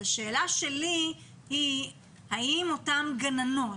השאלה שלי היא האם אותן גננות